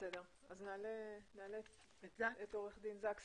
נעלה את עורך דין זקס.